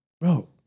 Bro